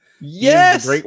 Yes